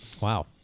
Wow